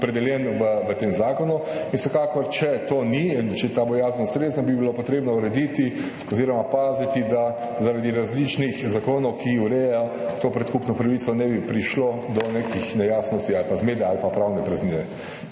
opredeljen v tem zakonu in vsekakor, če to ni in če je ta bojazen ustrezna, bi bilo treba urediti oziroma paziti, da zaradi različnih zakonov, ki urejajo to predkupno pravico, ne bi prišlo do nekih nejasnosti ali pa zmede ali pravne praznine.